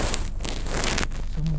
inilah problem bro